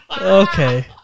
Okay